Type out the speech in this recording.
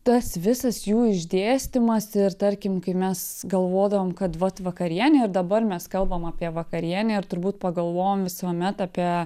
tas visas jų išdėstymas ir tarkim kai mes galvodavom kad vat vakarienę ir dabar mes kalbam apie vakarienę ir turbūt pagalvojam visuomet apie